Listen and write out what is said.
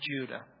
Judah